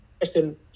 question